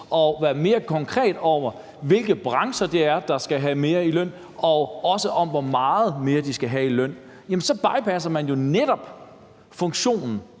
og er mere konkret, med hensyn til hvilke brancher det er, der skal have mere i løn, og hvor meget mere de skal have i løn, er jo netop, at man bypasser funktionen